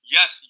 Yes